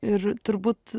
ir turbūt